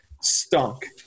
stunk